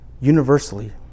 universally